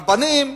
רבנים.